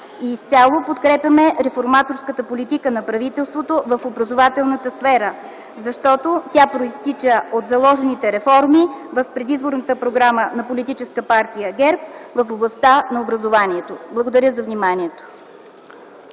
Изцяло подкрепяме реформаторската политика на правителството в образователната сфера, защото тя произтича от заложените реформи в предизборната програма на политическа партия „ГЕРБ” в областта на образованието. Благодаря за вниманието.